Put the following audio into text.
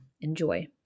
Enjoy